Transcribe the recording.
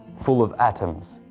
full of atoms,